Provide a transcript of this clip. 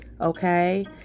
okay